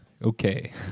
okay